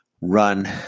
run